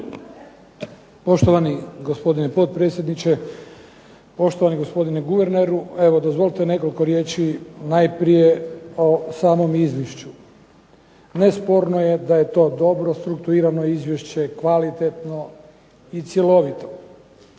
Poštovani gospodine potpredsjedniče, poštovani gospodine guverneru. Evo dozvolite nekoliko riječi najprije o samom izvješću. Nesporno je da je to dobro strukturirano izvješće, kvalitetno i cjelovito.